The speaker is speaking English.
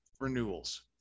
Renewals